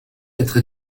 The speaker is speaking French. être